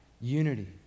unity